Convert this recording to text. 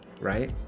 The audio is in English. right